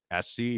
SC